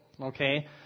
okay